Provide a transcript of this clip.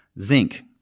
Zinc